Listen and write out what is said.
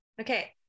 okay